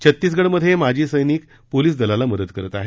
छत्तीसगड मध्ये माजी सैनिक पोलीस दलाला मदत करत आहेत